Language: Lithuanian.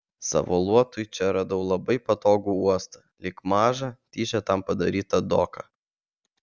savo luotui čia radau labai patogų uostą lyg mažą tyčia tam padarytą doką